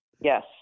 Yes